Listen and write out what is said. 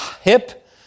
hip